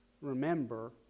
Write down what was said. remember